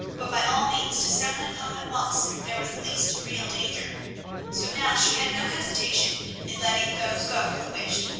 but by all means to send them home at once if there was the least real danger so now she had no hesitation in letting those go who wished,